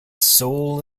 soul